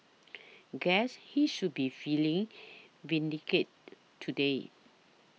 guess he should be feeling vindicate today